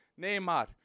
Neymar